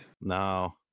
no